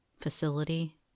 facility